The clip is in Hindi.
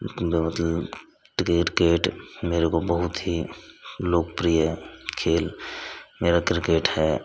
किरकेट मेरे को बहुत ही लोकप्रिय खेल मेरा किरकेट है